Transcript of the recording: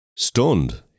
Stunned